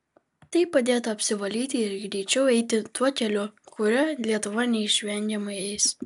tai padėtų apsivalyti ir greičiau eiti tuo keliu kuriuo lietuva neišvengiamai eis